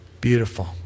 beautiful